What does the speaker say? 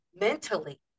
mentally